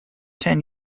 ten